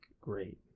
great